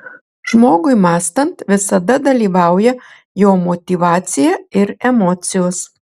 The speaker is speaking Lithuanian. žmogui mąstant visada dalyvauja jo motyvacija ir emocijos